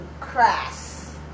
crass